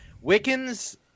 Wickens